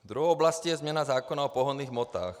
Druhu oblastí je změna zákona o pohonných hmotách.